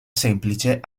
semplice